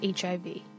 HIV